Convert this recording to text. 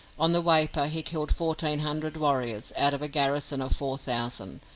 on the waipa he killed fourteen hundred warriors out of a garrison of four thousand,